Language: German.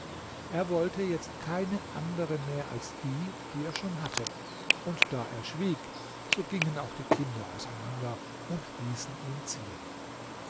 er wollte jetzt keine andere mehr als die die er schon hatte und da er schwieg so gingen auch die kinder auseinander und ließen ihn ziehen